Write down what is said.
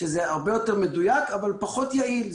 שזה הרבה יותר מדויק אבל פחות יעיל.